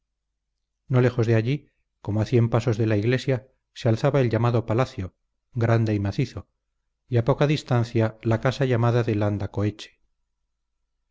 no lejos de allí como a cien pasos de la iglesia se alzaba el llamado palacio grande y macizo y a poca distancia la casa llamada de